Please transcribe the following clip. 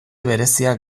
bereziak